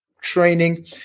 training